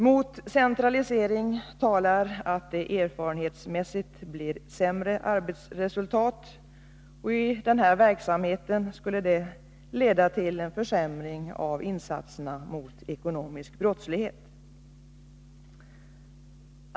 Mot centralisering talar att det erfarenhetsmässigt blir sämre arbetsresultat. I denna verksamhet skulle det leda till en försämring av insatserna mot ekonomisk brottslighet.